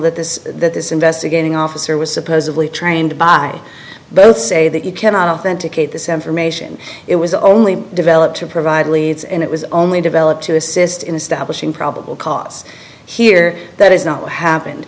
that this that this investigating officer was supposedly trained by both say that you cannot authenticate this information it was only developed to provide leads and it was only developed to assist in establishing probable cause here that is not what happened